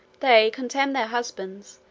they, contemn their husbands,